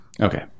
Okay